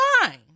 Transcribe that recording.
fine